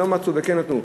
ולא מצאו וכן נתנו.